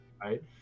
right